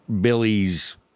Billy's